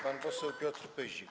Pan poseł Piotr Pyzik.